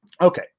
Okay